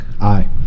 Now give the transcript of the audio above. aye